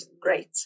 great